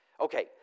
Okay